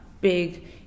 big